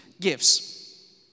gifts